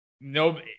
no